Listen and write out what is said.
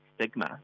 stigma